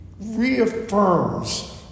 reaffirms